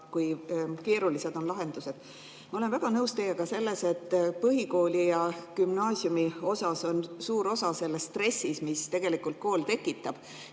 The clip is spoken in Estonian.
kui keerulised on lahendused. Ma olen väga nõus teiega selles, et põhikooli‑ ja gümnaasiumiosas on suur osa selles stressis, mis tegelikult kool tekitab,